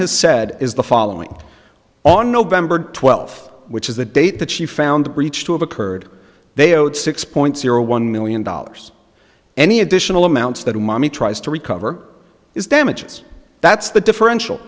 has said is the following on november twelfth which is the date that she found the breach to have occurred they owed six point zero one million dollars any additional amounts that mommy tries to recover is damages that's the differential